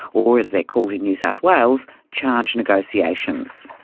or as they're called in new south wales, charge negotiations.